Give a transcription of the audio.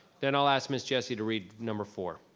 then i'll ask ms. jessie to read number four.